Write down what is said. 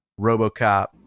Robocop